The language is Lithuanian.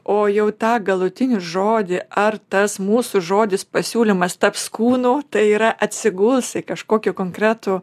o jau tą galutinį žodį ar tas mūsų žodis pasiūlymas taps kūnu tai yra atsiguls į kažkokį konkretų